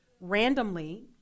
randomly –